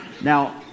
Now